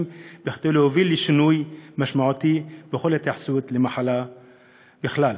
כדי להוביל לשינוי משמעותי בכל ההתייחסות למחלה בכלל.